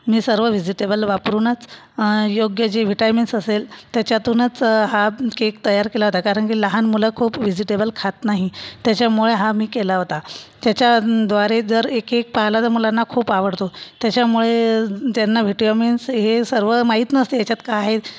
मी सर्व वीजीटेबल वापरूनच योग्य जे व्हिटॅमिन्स असेल त्याच्यातूनच हा केक तयार केला होता कारण की लहान मुलं खूप वीजीटेबल खात नाही त्याच्यामुळे हा मी केला होता त्याच्याद्वारे जर एक एक पाला जर मुलांना खूप आवडतो त्याच्यामुळे ज्यांना व्हिटॅमिन्स हे सर्व माहित नसते ह्याच्यात काय आहे